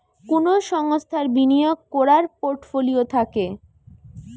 কুনো সংস্থার বিনিয়োগ কোরার পোর্টফোলিও থাকে